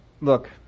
look